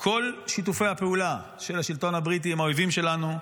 כל שיתופי הפעולה של השלטון הבריטי עם האויבים שלנו,